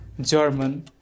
German